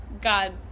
God